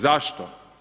Zašto?